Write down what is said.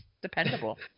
dependable